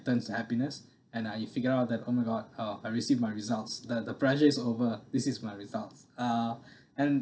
turns to happiness and uh you figure out that oh my god uh I received my results the the pressure is over this is my results uh and